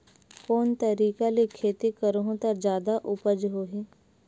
कोन तरीका ले खेती करहु त जादा उपज होही?